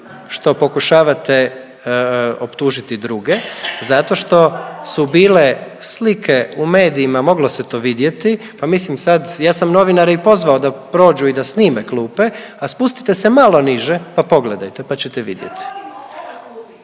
što pokušavate optužiti druge zato što su bile slike u medijima, moglo se to vidjeti, pa mislim sad, ja sam novinare i pozvao da prođu i da snime klupe, a spustite se malo niže, pa pogledajte, pa ćete vidjet.